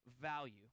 value